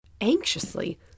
anxiously